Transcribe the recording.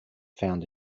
found